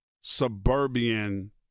suburban